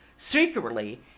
Secretly